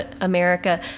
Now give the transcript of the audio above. America